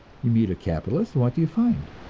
you meet a capitalist, and what do you find?